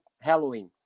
halloween